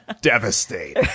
devastate